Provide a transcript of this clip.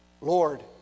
Lord